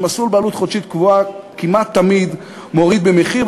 ומסלול בעלות חודשית קבועה כמעט תמיד מוריד את המחיר.